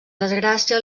desgràcia